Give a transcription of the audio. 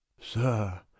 sir